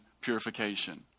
purification